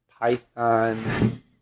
Python